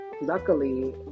Luckily